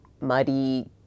muddy